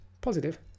positive